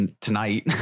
tonight